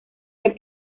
que